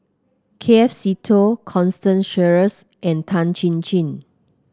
K F Seetoh Constance Sheares and Tan Chin Chin